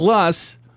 Plus